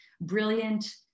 brilliant